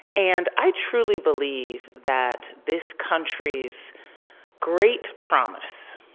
and i truly believe that this country's great promise,